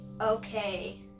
okay